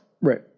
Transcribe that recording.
right